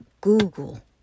Google